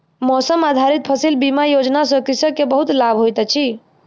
मौसम आधारित फसिल बीमा योजना सॅ कृषक के बहुत लाभ होइत अछि